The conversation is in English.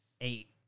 eight